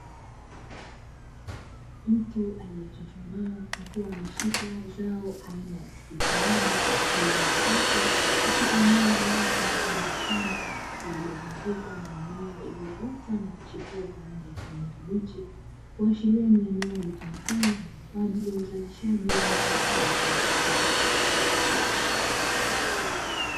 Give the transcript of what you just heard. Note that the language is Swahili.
Mtu aliyechuchumaa akiwa ameshika zao aina ya tikiti maji lililokatwa katika enneo la wazi mfano wa shamba, lililozungukwa na mimea iliyoota na kuchipua kwa rangi ya kijani kibichi kuashiria ni eneo litumikalo, kwa ajili ya uzalishaji wa mazao hayo ya biahsara.